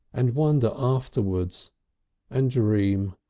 and wonder afterwards and dream.